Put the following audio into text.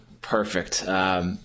Perfect